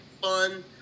fun